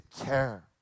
care